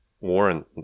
Warren